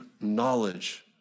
knowledge